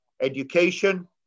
education